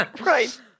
Right